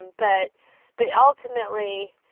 but but ultimately,